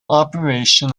operation